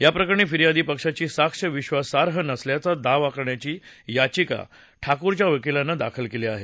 याप्रकरणी फिर्यादी पक्षाची साक्ष विश्वासार्ह नसल्याचा दावा करण्याची याचिका ठाकूरच्या वकीलानं दाखल केली आहे